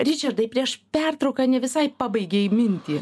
ričardai prieš pertrauką ne visai pabaigei mintį